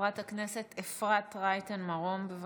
חברת הכנסת אפרת רייטן מרום, בבקשה.